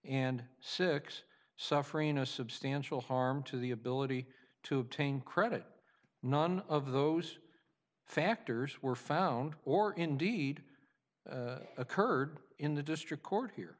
and six suffering a substantial harm to the ability to obtain credit none of those factors were found or indeed occurred in the district court here